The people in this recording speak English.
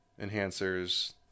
enhancers